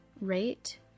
rate